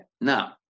now